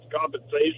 compensation